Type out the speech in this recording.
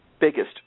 biggest